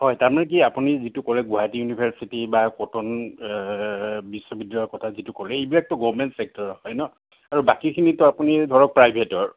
হয় তাৰমানে কি আপুনি যিটো ক'লে গুৱাহাটী ইউনিভাৰ্ছিটি বা কটন বিশ্ববিদ্যালয়ৰ কথা যিটো ক'লে এইবিলাকতো গভৰ্ণমেণ্ট চেক্টৰৰ হয় ন' আৰু বাকীখিনিটো আপুনি ধৰক প্ৰাইভেটৰ